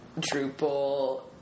Drupal